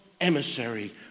emissary